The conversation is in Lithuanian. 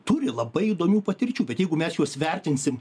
turi labai įdomių patirčių bet jeigu mes juos vertinsim